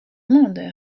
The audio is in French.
monde